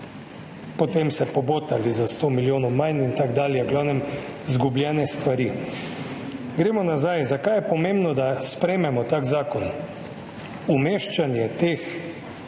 potem se pobotali za 100 milijonov manj in tako dalje. V glavnem, izgubljene stvari. Gremo nazaj. Zakaj je pomembno, da sprejmemo tak zakon? Umeščanje teh